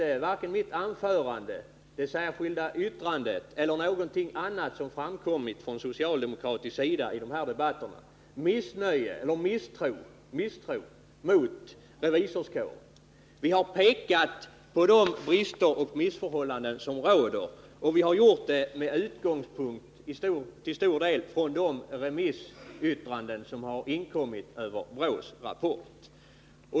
Varken mitt anförande, det särskilda yttrandet eller någonting annat som har framkommit från socialdemokratisk sida i dessa debatter uttrycker misstro mot revisorskåren. Men vi har pekat på de brister och missförhållanden som råder. Och vi har till stor del gjort det med utgångspunkt i de remissyttranden som har inkommit över BRÅ:s rapport.